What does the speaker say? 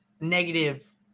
negative